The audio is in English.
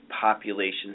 Population